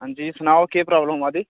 हंजी सनाओ केह् प्राॅब्लम अबा दी